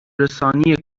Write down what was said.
رسانی